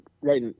right